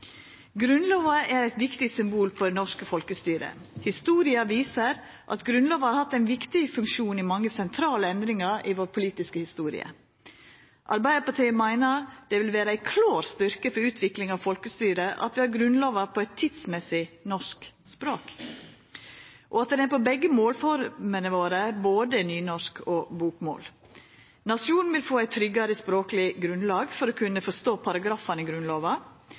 Grunnlova er eit viktig symbol på det norske folkestyret. Historia viser at Grunnlova har hatt ein viktig funksjon i mange sentrale endringar i vår politiske historie. Arbeidarpartiet meiner det vil vera ein klår styrke for utvikling av folkestyret at vi har Grunnlova på eit tidsmessig norsk språk, og at ho er på begge målformene våre – både nynorsk og bokmål. Nasjonen vil få eit tryggare språkleg grunnlag for å kunna forstå paragrafane i Grunnlova.